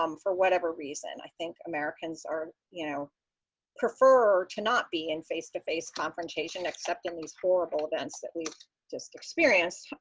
um for whatever reason. i think americans you know prefer to not be in face-to-face confrontation, except in these horrible events that we've just experienced.